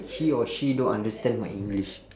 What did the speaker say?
he or she don't understand my english